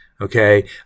Okay